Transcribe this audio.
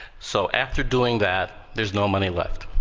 so after doing that, there's no money left.